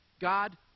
God